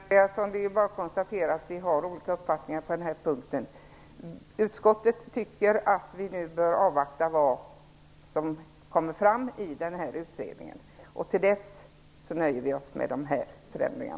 Herr talman! Det är bara att konstatera att vi har olika uppfattningar på den här punkten. Utskottet tycker att vi bör avvakta och se vad som framkommer i den här utredningen. Till dess nöjer vi oss med dessa förändringar.